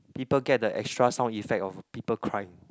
people get the extra sound effect of people crying